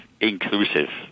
inclusive